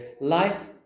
life